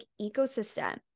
ecosystem